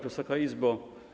Wysoka Izbo!